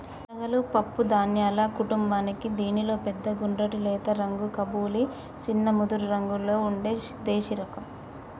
శనగలు పప్పు ధాన్యాల కుటుంబానికీ దీనిలో పెద్ద గుండ్రటి లేత రంగు కబూలి, చిన్న ముదురురంగులో ఉండే దేశిరకం